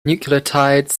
nucleotide